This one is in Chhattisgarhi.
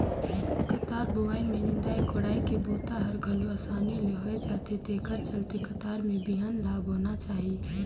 कतार बोवई में निंदई कोड़ई के बूता हर घलो असानी ले हो जाथे तेखर चलते कतार में बिहन ल बोना चाही